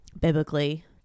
biblically